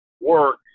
work